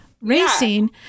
racing